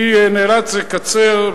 אני נאלץ לקצר,